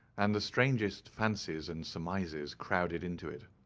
and the strangest fancies and surmises crowded into it.